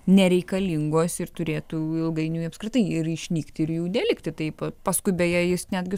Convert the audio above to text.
nereikalingos ir turėtų ilgainiui apskritai ir išnykti ir jų nelikti taip paskui beje jis netgi